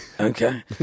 Okay